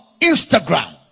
Instagram